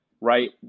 right